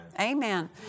Amen